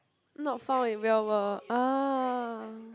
not found in real world ah